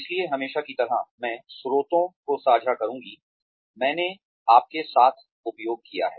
इसलिए हमेशा की तरह मैं स्रोतों को साझा करूंगी मैंने आपके साथ उपयोग किया है